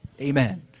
Amen